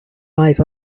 arrive